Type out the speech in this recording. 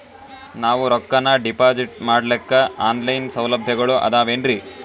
ನಾವು ರೊಕ್ಕನಾ ಡಿಪಾಜಿಟ್ ಮಾಡ್ಲಿಕ್ಕ ಆನ್ ಲೈನ್ ಸೌಲಭ್ಯಗಳು ಆದಾವೇನ್ರಿ?